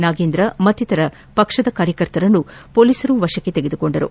ನಾಗೇಂದ್ರ ಮತ್ತಿತರ ಪಕ್ಷದ ಕಾರ್ಯಕರ್ತರನ್ನು ಪೊಲೀಸರು ವಶಕ್ಕೆ ತೆಗೆದುಕೊಂಡರು